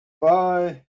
Bye